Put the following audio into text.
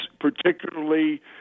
particularly –